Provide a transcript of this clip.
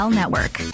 network